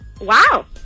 Wow